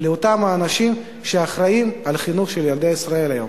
לאותם אנשים שאחראים לחינוך של ילדי ישראל היום.